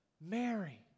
Mary